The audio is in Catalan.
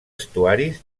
estuaris